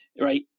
right